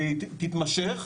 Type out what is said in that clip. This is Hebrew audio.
והיא תתמשך,